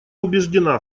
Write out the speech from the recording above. убеждена